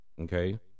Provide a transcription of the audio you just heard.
okay